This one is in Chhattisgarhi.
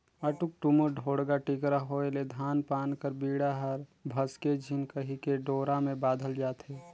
उटुक टुमुर, ढोड़गा टिकरा होए ले धान पान कर बीड़ा हर भसके झिन कहिके डोरा मे बाधल जाथे